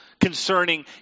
concerning